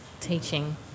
teaching